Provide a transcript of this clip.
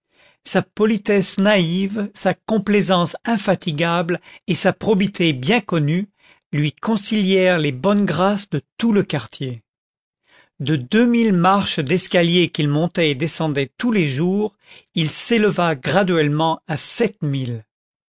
sa poliesse naïve sa complaisance infatigable et sa irobité bien connue lui concilièrent les bonnes grâces de tout le quartier de deux mille marches d'escalier qu'il montait et descendait tous les jours il s'éleva graduellement à